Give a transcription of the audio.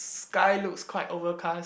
sky looks quite overcast